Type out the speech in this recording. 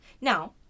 Now